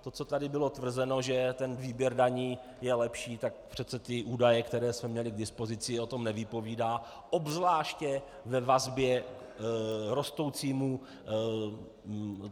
To, co tady bylo tvrzeno, že ten výběr daní je lepší, tak přece ty údaje, které jsme měli k dispozici, o tom nevypovídají, obzvláště ve vazbě k rostoucímu